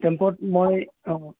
টেম্পোত মই অঁ